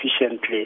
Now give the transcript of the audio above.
efficiently